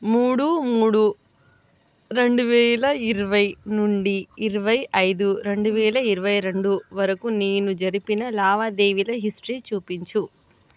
మూడు మూడు రెండు వేల ఇరవై నుండి ఇరవై ఐదు రెండు వేల ఇరవై రెండు వరకు నేను జరిపిన లావాదేవీల హిస్టరీ చూపించు